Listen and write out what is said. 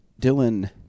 Dylan